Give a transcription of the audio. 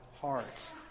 hearts